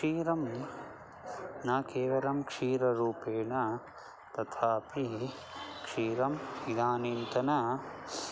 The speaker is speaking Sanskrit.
क्षीरं न केवलं क्षीररूपेण तथापि क्षीरम् इदानीन्तनं